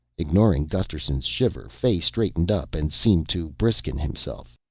ignoring gusterson's shiver, fay straightened up and seemed to brisken himself.